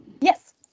Yes